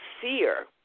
fear